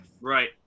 Right